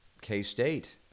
K-State